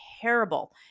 terrible